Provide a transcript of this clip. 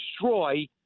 destroy